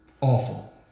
awful